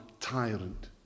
tyrant